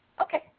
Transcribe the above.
Okay